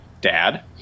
Dad